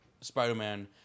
Spider-Man